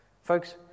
Folks